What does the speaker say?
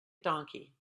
donkey